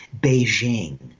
Beijing